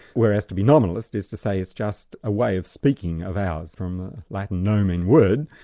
whereas to be nomalist, is to say it's just a way of speaking of ours, from the latin nomen word,